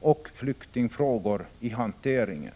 och flyktingfrågorna åt i hanteringen.